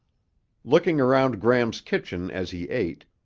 looking around gram's kitchen as he ate,